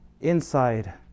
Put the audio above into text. inside